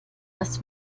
das